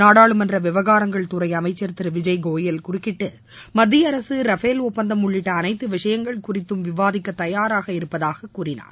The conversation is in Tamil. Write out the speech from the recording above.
நாடாளுமன்ற விவகாரங்கள் துறை அமைச்சர் திரு விஜய்கோயல் குறுக்கிட்டு மத்திய அரசு ரஃபேல் ஒப்பந்தம் உள்ளிட்ட அனைத்து விஷயங்கள் குறித்தும் விவாதிக்க தயாராக இருப்பதாக கூறினார்